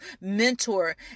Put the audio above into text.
mentor